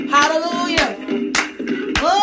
Hallelujah